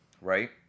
right